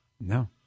No